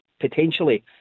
potentially